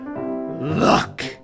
Luck